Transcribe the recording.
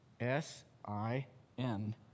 S-I-N